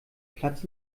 platz